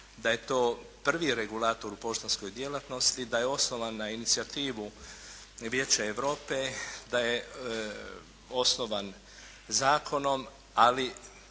da je to prvi regulator u poštanskoj djelatnosti, da je osnovan na inicijativu Vijeća Europe, da je osnovan zakonom. Ali